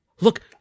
Look